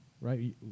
right